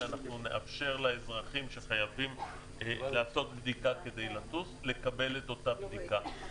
אנחנו נאפשר לאזרחים שחייבים לעשות בדיקה כדי לטוס לקבל את אותה בדיקה.